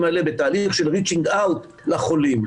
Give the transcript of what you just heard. האלה בתהליך של reaching out לחולים,